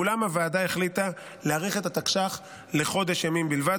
ואולם הוועדה החליטה להאריך את התקש"ח לחודש ימים בלבד,